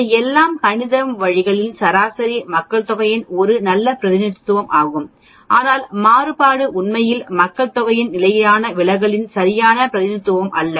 இந்த எல்லா கணிதம்வழிகளின் சராசரி மக்கள்தொகையின் ஒரு நல்ல பிரதிநிதித்துவம் ஆகும் ஆனால் மாறுபாடு உண்மையில் மக்கள்தொகையின் நிலையான விலகலின் சரியான பிரதிநிதித்துவம் அல்ல